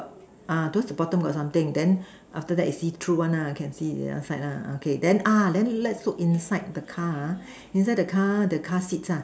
uh those to bottom got something then after that is see through one lah can see the other side lah okay then ah then let's look inside the car ha inside the car the car seats ah